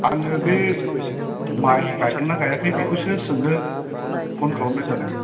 आङो बे माय गायदोंना गायाखै बेखौसो सोंनो फन खालामनाय जादों